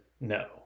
no